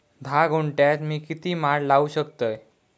धा गुंठयात मी किती माड लावू शकतय?